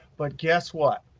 but guess what?